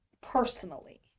personally